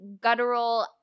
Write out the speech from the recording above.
guttural